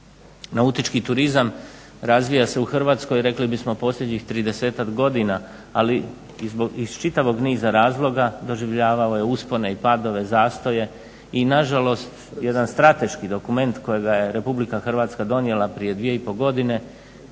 Nautički turizam razvija se u Hrvatskoj rekli bismo posljednjih 30-ak godina, ali iz čitavog niza razloga doživljavao je uspone i padove, zastoje i nažalost jedan strateški dokument kojega je RH donijela prije 2,5 godine